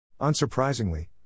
Unsurprisingly